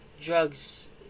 drugs